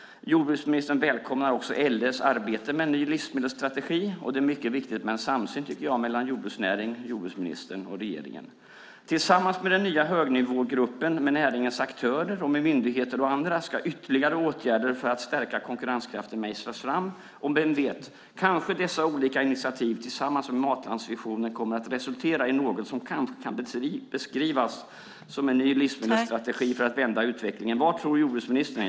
Jordbruksministern välkomnar också LRF:s arbete med en ny livsmedelsstrategi. Det är, tycker jag, mycket viktigt med en samsyn mellan jordbruksnäringen och jordbruksministern och regeringen. Tillsammans med den nya högnivågruppen med näringens aktörer och med myndigheter och andra ska ytterligare åtgärder för att stärka konkurrenskraften mejslas fram, och vem vet - kanske dessa olika initiativ tillsammans med matlandsvisionen kommer att resultera i något som kanske kan beskrivas som en ny livsmedelsstrategi för att vända utvecklingen. Vad tror jordbruksministern?